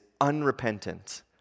unrepentant